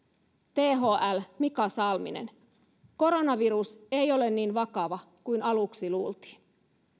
thln mika salminen koronavirus ei ole niin vakava kuin aluksi luultiin